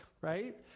right